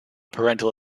parental